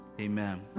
Amen